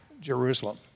Jerusalem